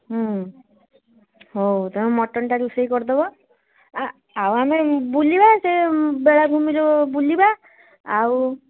ହେଉ ତୁମେ ମଟନ୍ଟା ରୋଷେଇ କରିଦେବ ଆଉ ଆମେ ବୁଲିବା ସେ ବେଳାଭୂମିରେ ବୁଲିବା ଆଉ